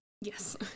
yes